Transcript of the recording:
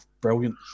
brilliant